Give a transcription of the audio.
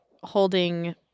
holding